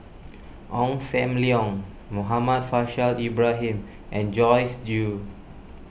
Ong Sam Leong Muhammad Faishal Ibrahim and Joyce Jue